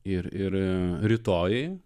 ir ir rytojui